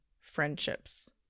friendships